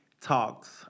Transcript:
talks